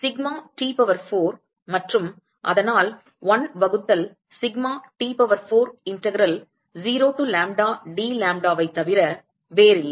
sigma T power 4 மற்றும் அதனால் 1 வகுத்தல் sigma T power 4 integral 0 to lambda d lambda ஐத் தவிர வேறில்லை